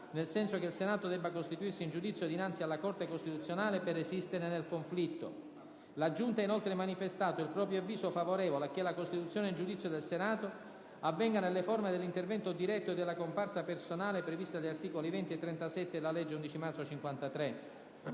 nel senso che il Senato debba costituirsi in giudizio dinanzi alla Corte costituzionale per resistere nel conflitto. La Giunta ha, inoltre, manifestato il proprio avviso favorevole a che la costituzione in giudizio del Senato avvenga nelle forme dell'intervento diretto e della comparsa personale previste dagli articoli 20 e 37 della legge dell'11 marzo del